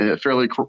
fairly